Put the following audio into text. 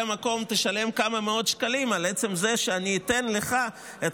על המקום תשלם כמה מאות שקלים על עצם זה שאני אתן לך את